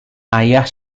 ayah